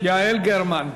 יעל גרמן.